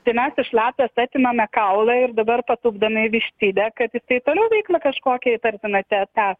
tai mes iš lapės atimame kaulą ir dabar patupdome į vištidę kad jisai toliau veikla kažkokia įtartina tęstų